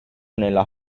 nella